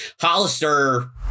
Hollister